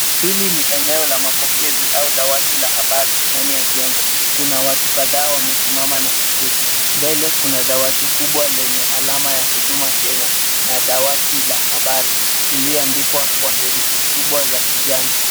Hili ni eneo la mapokezi au dawati la habari ndani ya jengo. Kuna watu kadhaa wamesimama na kuketi. Mbele kuna dawati kubwa lenye alama ya Huduma Kenya na dawati la habari liyoandikwa kwa herufi kubwa la kijani.